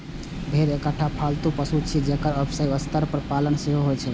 भेड़ एकटा पालतू पशु छियै, जेकर व्यावसायिक स्तर पर पालन सेहो होइ छै